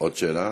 עוד שאלה?